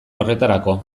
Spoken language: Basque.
horretarako